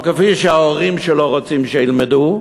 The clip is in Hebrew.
או כפי שההורים שלו רוצים שילמדו,